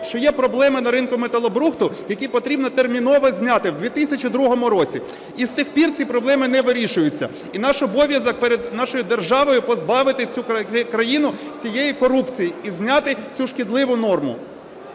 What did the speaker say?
що є проблема на ринку металобрухту, який потрібно терміново зняти, в 2002 році. І з тих пір ці проблеми не вирішуються. І наш обов'язок перед нашою державою – позбавити цю країну цієї корупції і зняти цю шкідливу норму.